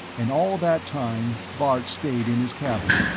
and all that time bart stayed in his cabin,